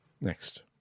next